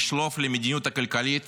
לשלוף למדיניות הכלכלית